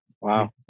Wow